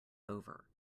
over